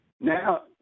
now